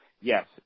yes